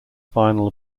final